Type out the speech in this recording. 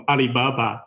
Alibaba